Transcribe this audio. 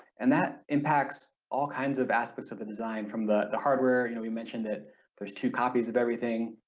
and that impacts all kinds of aspects of the design from the hardware you know we mentioned that there's two copies of everything,